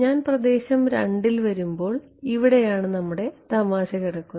ഞാൻ പ്രദേശം 2 ൽ വരുമ്പോൾ ഇവിടെയാണ് നമ്മുടെ തമാശ കിടക്കുന്നത്